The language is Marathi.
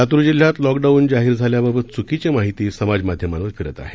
लातूर जिल्ह्यात लॉकडाऊन डाऊन जाहीर झाल्याबाबत चूकीची माहिती समाज माध्यमांवर फिरत आहे